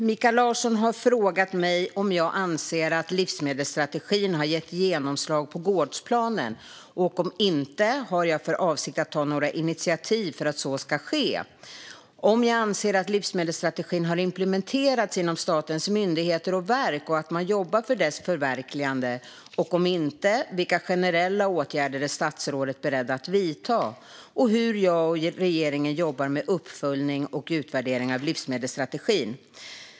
Mikael Larsson har frågat mig om jag anser att livsmedelsstrategin har gett genomslag på gårdsplanen, och om inte, har jag för avsikt att ta några initiativ för att så ska ske om jag anser att livsmedelsstrategin har implementerats inom statens myndigheter och verk och att man jobbar för dess förverkligande, och om inte, vilka generella åtgärder jag är beredd att vidta hur jag och regeringen jobbar med uppföljning och utvärdering av livsmedelsstrategin.